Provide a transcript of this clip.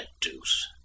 deuce